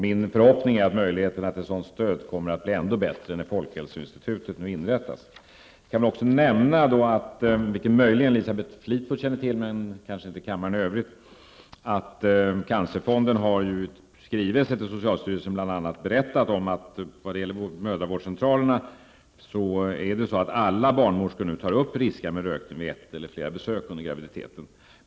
Min förhoppning är att möjligheterna till ett sådant stöd kommer att bli ändå bättre när Folkhälsoinstitutet nu inrättas. Jag kan också nämna något som möjligen Elisabeth Fleetwood men kanske inte kammaren i övrigt känner till, nämligen att Cancerfonden i en skrivelse till socialstyrelsen bl.a. har berättat om att alla barnmorskor vid mödravårdscentralerna nu tar upp riskerna med rökning vid ett eller flera tillfällen i samband med gravida kvinnors besök på mödravårdscentralen.